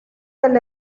del